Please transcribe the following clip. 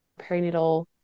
perinatal